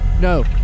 no